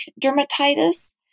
dermatitis